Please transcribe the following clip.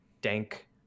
dank